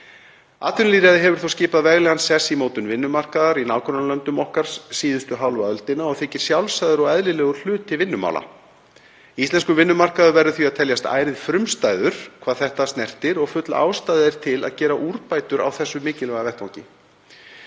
Atvinnulýðræði hefur þó skipað veglegan sess í mótun vinnumarkaðar í nágrannalöndum okkar síðustu hálfa öldina og þykir sjálfsagður og eðlilegur hluti vinnumála. Íslenskur vinnumarkaður verður því að teljast ærið frumstæður hvað þetta snertir og full ástæða er til að gera úrbætur á þeim mikilvæga vettvangi.